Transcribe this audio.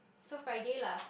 so Friday lah